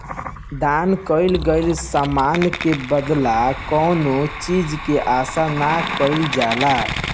दान कईल गईल समान के बदला कौनो चीज के आसा ना कईल जाला